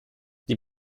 die